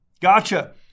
Gotcha